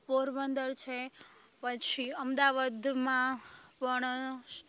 પોરબંદર છે પછી અમદાવાદમાં પણ